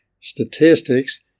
statistics